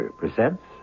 presents